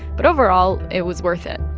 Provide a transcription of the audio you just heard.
but overall, it was worth it.